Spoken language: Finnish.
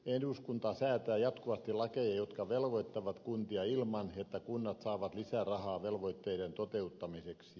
eduskunta säätää jatkuvasti lakeja jotka velvoittavat kuntia ilman että kunnat saavat lisää rahaa velvoitteiden toteuttamiseksi